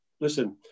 Listen